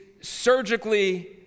surgically